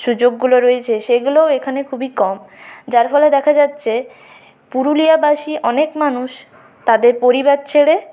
সুযোগগুলো রয়েছে সেগুলোও এখানে খুবই কম যার ফলে দেখা যাচ্ছে পুরুলিয়াবাসী অনেক মানুষ তাদের পরিবার ছেড়ে